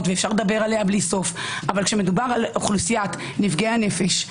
ואפשר לדבר עליה בלי סוף אבל כשמדובר על אוכלוסיית נפגעי הנפש,